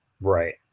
Right